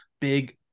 big